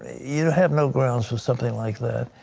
you have no grounds for something like that.